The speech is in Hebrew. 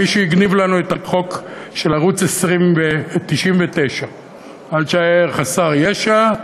מישהו הגניב לנו את החוק של ערוץ 99. אל תישאר חסר ישע,